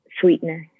sweetness